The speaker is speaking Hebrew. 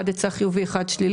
יצא אחד חיובי, אחד שלילי.